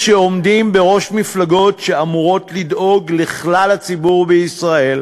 שעומדים בראש מפלגות שאמורות לדאוג לכלל הציבור בישראל,